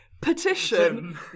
petition